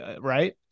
right